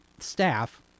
staff